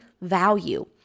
value